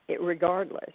regardless